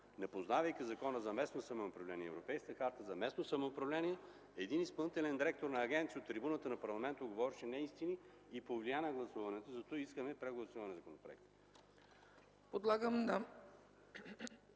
непознавайки Закона за местно самоуправление, Европейската харта за местно самоуправление. Един изпълнителен директор на агенция от трибуната на парламента говореше неистини и повлия на гласуването, затова искаме прегласуване на законопроекта.